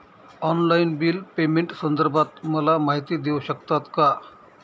Online bill पेमेंटसंदर्भात मला माहिती देऊ शकतात का?